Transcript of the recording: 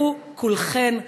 לכו כולכן,